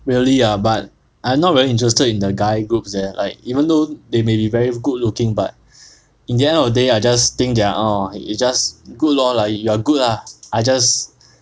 really ah but I not very interested in the guy groups leh like even though they may be very good looking but in the end of the day I just think they are uh you just good lor like you are good lah I just